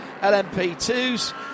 LMP2s